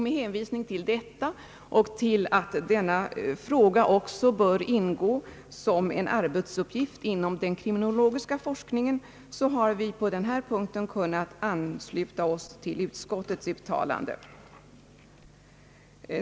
Med hänvisning till detta utalande och till att denna fråga också bör ingå som en arbetsuppgift inom den kriminologiska forskningen har vi från vårt håll på den här punkten kunnat ansluta oss till utskottets uttalande.